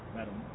Madam